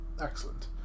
Excellent